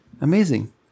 Amazing